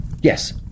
Yes